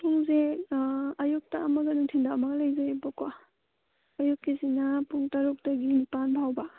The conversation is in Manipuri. ꯄꯨꯡꯁꯦ ꯑꯌꯨꯛꯇ ꯑꯃꯒ ꯅꯨꯡꯊꯤꯜꯗ ꯑꯃꯒ ꯂꯩꯖꯩꯑꯕꯀꯣ ꯑꯌꯨꯛꯀꯤ ꯁꯤꯅ ꯄꯨꯡ ꯇꯔꯨꯛꯇꯒꯤ ꯅꯤꯄꯥꯜ ꯐꯥꯎꯕ